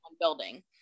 building